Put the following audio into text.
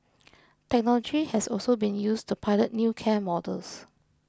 technology has also been used to pilot new care models